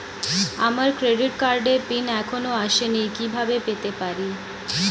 আমার ক্রেডিট কার্ডের পিন এখনো আসেনি কিভাবে পেতে পারি?